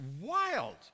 wild